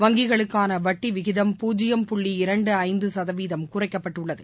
வங்கிகளுக்கானவட்டிவிகிதம் பூஜ்ஜியம் புள்ளி இரண்டுஐந்துசதவீதம் குறைக்கப்பட்டுள்ளது